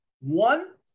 One